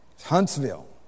Huntsville